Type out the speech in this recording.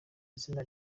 izina